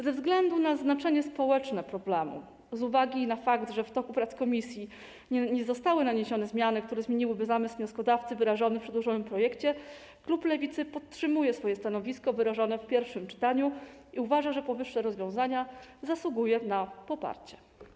Ze względu na znaczenie społeczne problemu, z uwagi na fakt, że w toku prac komisji nie zostały wprowadzone zmiany, które zmieniłyby zamysł wnioskodawcy wyrażony w przedłożonym projekcie, klub Lewicy podtrzymuje swoje stanowisko wyrażone w pierwszym czytaniu i uważa, że powyższe rozwiązania zasługują na poparcie.